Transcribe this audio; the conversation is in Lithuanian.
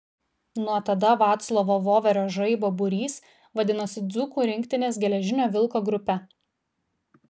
nuo tada vaclovo voverio žaibo būrys vadinosi dzūkų rinktinės geležinio vilko grupe